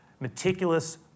meticulous